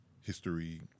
history